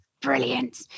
Brilliant